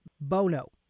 Bono